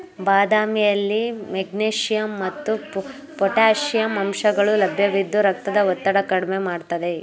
ಬಾದಾಮಿಯಲ್ಲಿ ಮೆಗ್ನೀಷಿಯಂ ಮತ್ತು ಪೊಟ್ಯಾಷಿಯಂ ಅಂಶಗಳು ಲಭ್ಯವಿದ್ದು ರಕ್ತದ ಒತ್ತಡ ಕಡ್ಮೆ ಮಾಡ್ತದೆ